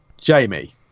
jamie